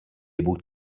able